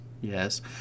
yes